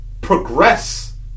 progress